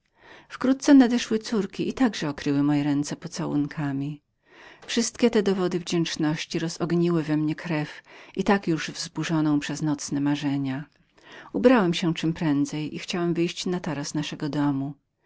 wkrótce nadeszły córki i także okryły mnie pocałowaniami wszystkie te dowody przywiązania rozogniły we mnie krew i tak już wzburzoną przez nocne marzenia ubrałem się czemprędzej i chciałem wyjść na taras naszego domu